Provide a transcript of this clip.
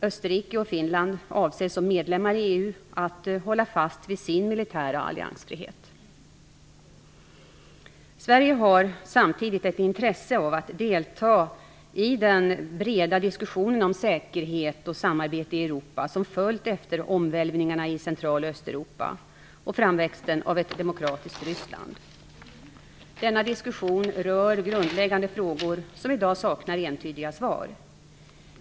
Österrike och Finland avser som medlemmar i EU att hålla fast vid sin militära alliansfrihet. Sverige har samtidigt ett intresse av att delta i den breda diskussionen om säkerhet och samarbete i Europa, som följt efter omvälvningarna i Central och Östeuropa och framväxten av ett demokratiskt Ryssland. Denna diskussion rör grundläggande frågor, som i dag saknar entydiga svar.